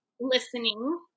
listening